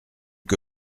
que